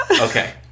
Okay